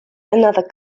another